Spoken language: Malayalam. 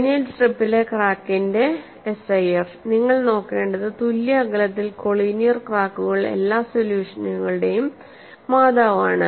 ഫൈനൈറ്റ് സ്ട്രിപ്പിലെ ക്രാക്കിന്റെ SIF നിങ്ങൾ നോക്കേണ്ടത് തുല്യ അകലത്തിൽ കോളിനിയർ ക്രാക്കുകൾ എല്ലാ സൊല്യൂഷനുകളുടെയും മാതാവാണ്